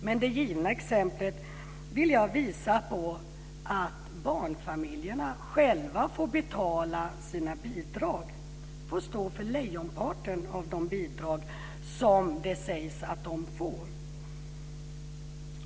Med det givna exemplet vill jag visa att barnfamiljerna själva får betala sina bidrag. De får stå för lejonparten av de bidrag som det sägs att de får.